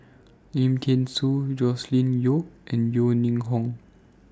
Lim Thean Soo Joscelin Yeo and Yeo Ning Hong